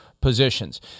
positions